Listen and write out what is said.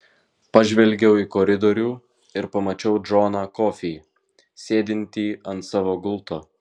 pažvelgiau į koridorių ir pamačiau džoną kofį sėdintį ant savo gulto